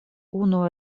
unu